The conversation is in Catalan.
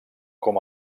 com